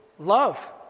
Love